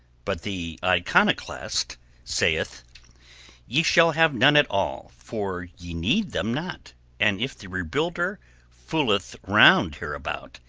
but the iconoclast saith ye shall have none at all, for ye need them not and if the rebuilder fooleth round hereabout,